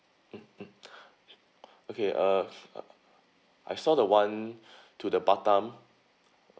mmhmm okay uh I saw the one to the batam